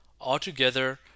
Altogether